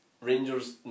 Rangers